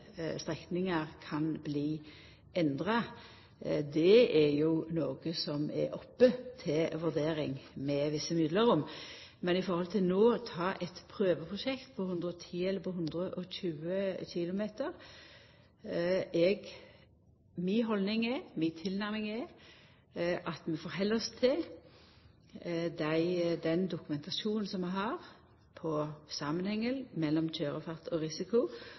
strekningar kan bli endra. Det er jo noko som er oppe til vurdering med visse mellomrom. Men når det gjeld eit prøveprosjekt no, på 110 eller 120 km/t, er mi haldning og tilnærming at vi held oss til den dokumentasjonen vi har på samanhengen mellom køyrefart og risiko,